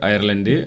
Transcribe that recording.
Ireland